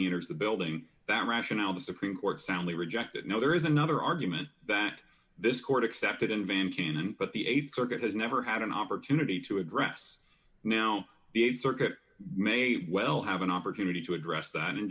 enters the building that rationale the supreme court soundly rejected no there is another argument that this court accepted in van cannon but the th circuit has never had an opportunity to address now the th circuit may well have an opportunity to address that and